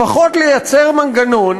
לפחות לייצר מנגנון